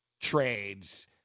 trades